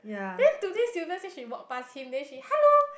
then today Silbert say she walk passed him then she hello